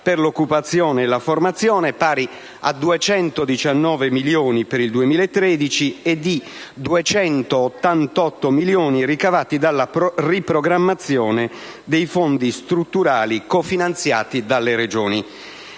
per l'occupazione e la formazione in misura pari a 219 milioni per il 2013, oltre ai 288 milioni ricavati dalla riprogrammazione dei fondi strutturali cofinanziati dalle Regioni.